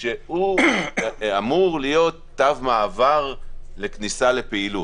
שאמור להית תו מעבר לכניסה לפעילות.